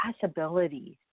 possibilities